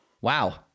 Wow